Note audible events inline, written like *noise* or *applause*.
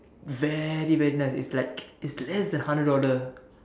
very very nice it's like *noise* it's less than hundred dollar